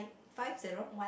five zero